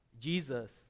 Jesus